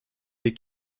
des